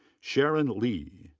sharon li.